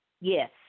Yes